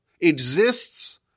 exists